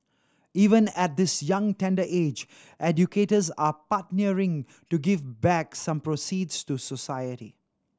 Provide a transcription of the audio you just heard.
even at this young tender age educators are partnering to give back some proceeds to society